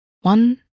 One